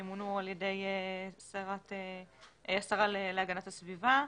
שימונו על ידי השרה להגנת הסביבה.